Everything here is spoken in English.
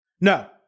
No